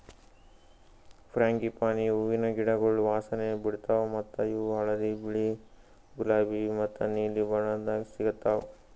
frangipani ಹೂವಿನ ಗಿಡಗೊಳ್ ವಾಸನೆ ಬಿಡ್ತಾವ್ ಮತ್ತ ಇವು ಹಳದಿ, ಬಿಳಿ, ಗುಲಾಬಿ ಮತ್ತ ನೀಲಿ ಬಣ್ಣದಾಗ್ ಸಿಗತಾವ್